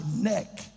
neck